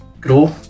grow